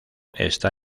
está